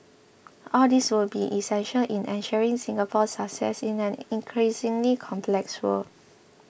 all these will be essential in ensuring Singapore's success in an increasingly complex world